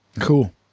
Cool